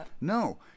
No